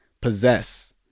possess